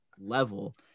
level